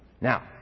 Now